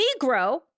Negro